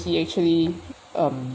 he actually um